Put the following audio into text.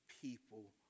people